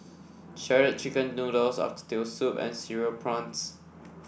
Shredded Chicken Noodles Oxtail Soup and Cereal Prawns